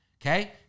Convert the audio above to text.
okay